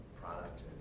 product